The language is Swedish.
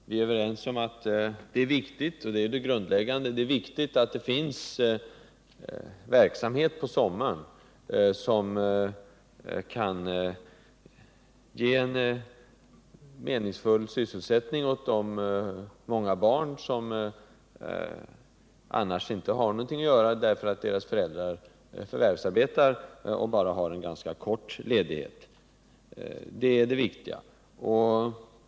Vi är överens om att det är viktigt — och det är grundläggande — att det finns verksamhet på sommaren som kan ge meningsfull sysselsättning åt de många barn som annars inte skulle ha något att göra därför att deras föräldrar förvärvsarbetar och bara har en ganska kort ledighet. Det är det viktiga.